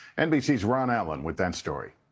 nbc's ron allen with that story.